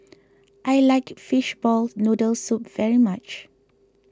I like Fishball Noodle Soup very much